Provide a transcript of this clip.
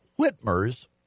Whitmer's